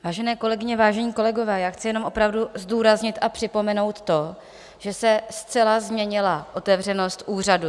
Vážené kolegyně, vážení kolegové, já chci jenom opravdu zdůraznit a připomenout to, že se zcela změnila otevřenost úřadu.